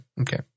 Okay